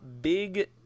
Big